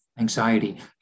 anxiety